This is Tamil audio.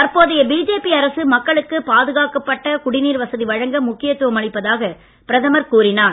தற்போதைய பிஜேபி அரசு மக்களுக்கு பாதுகாக்கப்பட்ட குடிநீர் வசதி வழங்க முக்கியத்துவம் அளிப்பதாக பிரதமர் கூறினார்